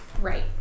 Right